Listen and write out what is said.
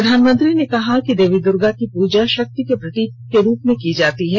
प्रधानमंत्री ने कहा कि मां दुर्गा की पूजा शक्ति के प्रतीक के रूप में की जाती है